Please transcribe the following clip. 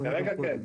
כרגע, כן.